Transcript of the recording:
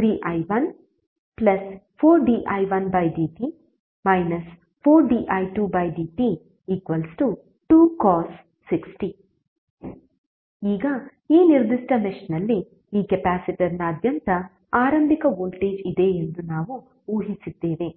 3i14di1dt 4di2dt 2cos 6 t ಈಗ ಈ ನಿರ್ದಿಷ್ಟ ಮೆಶ್ ನಲ್ಲಿ ಈ ಕೆಪಾಸಿಟರ್ನಾದ್ಯಂತ ಆರಂಭಿಕ ವೋಲ್ಟೇಜ್ ಇದೆ ಎಂದು ನಾವು ಊಹಿಸಿದ್ದೇವೆ